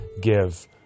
give